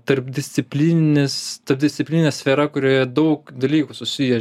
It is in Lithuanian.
tarpdisciplininis tarpdisciplininė sfera kurioje daug dalykų susiję